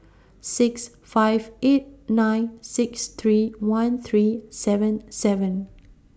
six five eight nine six three one three seven seven